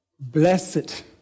blessed